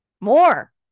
more